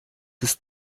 ist